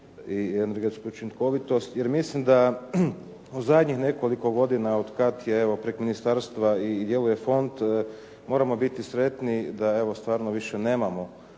i energetsku učinkovitost, jer mislim da u zadnjih nekoliko godina od kada je evo preko ministarstva i djeluje fond, moramo biti sretni da evo stvarno više nemamo